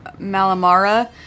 Malamara